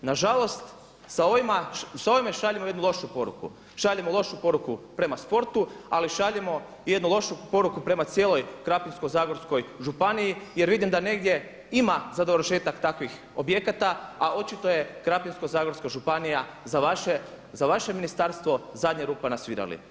Nažalost sa ovime šaljemo jednu lošu poruku, šaljemo lošu poruku prema sportu, ali šaljemo i jednu lošu poruku prema cijeloj Krapinsko-zagorskoj županiji jer vidim da negdje ima za dovršetak takvih objekata a očito je Krapinsko-zagorska županija za vaše ministarstvo zadnja rupa na svirali.